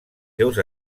seus